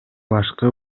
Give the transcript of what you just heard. башкы